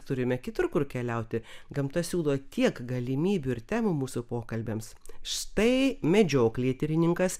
turime kitur kur keliauti gamta siūlo tiek galimybių ir temų mūsų pokalbiams štai medžioklėtyrininkas